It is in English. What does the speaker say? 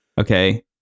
okay